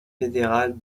fédéral